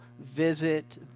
visit